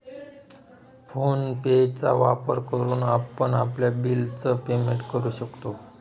phone पे चा वापर करून आपण आपल्या बिल च पेमेंट करू शकतो